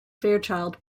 fairchild